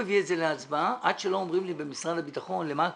מביא את זה להצבעה עד שאומרים לי במשרד הביטחון לשם מה הכסף.